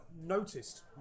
Noticed